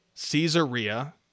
Caesarea